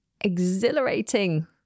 Exhilarating